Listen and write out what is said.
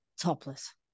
topless